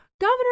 Governor